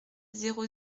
zéro